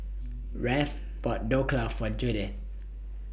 Rafe bought Dhokla For Judith